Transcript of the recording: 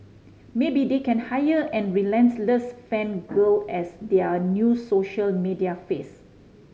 maybe they can hire and relentless fan girl as their new social media face